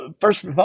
First